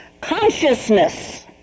Consciousness